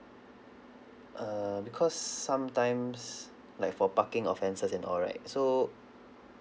uh because sometimes like for parking offences and all right so